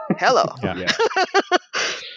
Hello